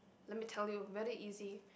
let me tell you whether easy